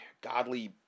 godly